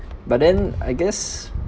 but then I guess